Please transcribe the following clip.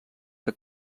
que